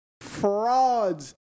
Frauds